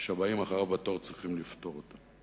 שהבאים אחריו בתור צריכים לפתור אותה.